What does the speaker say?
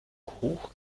hoch